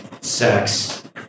sex